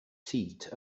seat